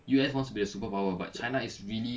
U_S wants to be a superpower but china is really